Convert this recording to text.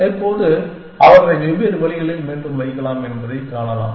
இப்போது அவற்றை வெவ்வேறு வழிகளில் மீண்டும் வைக்கலாம் என்பதைக் காணலாம்